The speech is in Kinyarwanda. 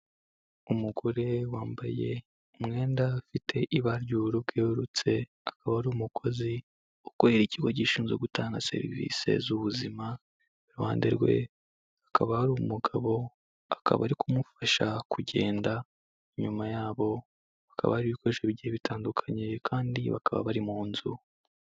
Umugore wambaye umwenda ufite ibara ry'ubururu bwerurutse akaba ari umukozi ukorera ikigo gishinzwe gutanga serivisi z'ubuzima. Iruhande rwe hakaba hari umugabo akaba ari kumufasha kugenda inyuma yabo hakaba hari ibikoresho bigiye bitandukanye kandi bakaba bari mu nzu.